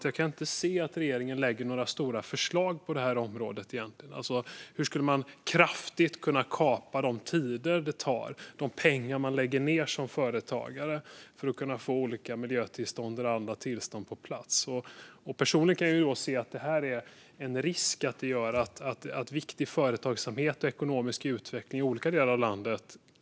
Jag kan inte se att regeringen lägger fram några stora förslag på det här området. Hur skulle man kunna kraftigt minska den tid det tar och de pengar man lägger ned som företagare för att få miljötillstånd och andra tillstånd på plats? Personligen kan jag se att det här är en risk som gör att vi kan gå miste om viktig företagsamhet och ekonomisk utveckling i olika delar av landet.